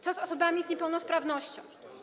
Co z osobami z niepełnosprawnością?